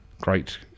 great